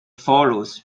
followed